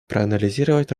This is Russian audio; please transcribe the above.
проанализировать